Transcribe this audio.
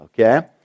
okay